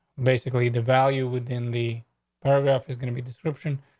basically, the value within the paragraph is gonna be description.